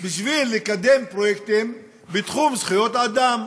בשביל לקדם פרויקטים בתחום זכויות אדם.